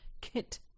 Kit